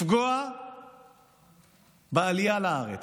לפגוע בעלייה לארץ,